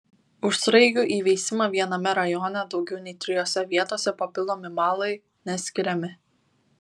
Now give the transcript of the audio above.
už sraigių įveisimą viename rajone daugiau nei trijose vietose papildomi balai neskiriami